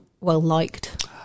well-liked